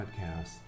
podcast